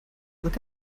look